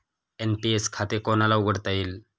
NPS खाते कोणाला उघडता येईल?